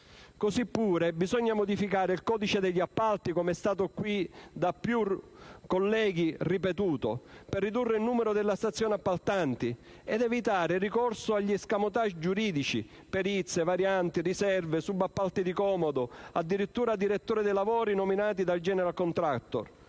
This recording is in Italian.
Così pure bisogna modificare il codice degli appalti - com'è stato qui da più colleghi ripetuto - per ridurre il numero delle stazioni appaltanti ed evitare il ricorso agli *escamotage* giuridici: perizie, varianti, riserve, subappalti di comodo, addirittura direttori dei lavori nominati dal *general contractor*.